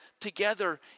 together